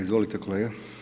Izvolite kolega.